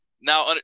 now